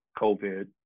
COVID